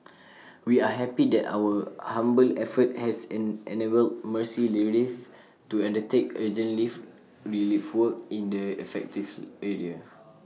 we are happy that our humble effort has in enabled mercy relief to undertake urgent live relief work in the affective area